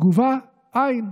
ותגובה, אין,